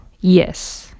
Yes